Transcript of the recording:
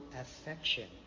affection